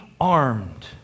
armed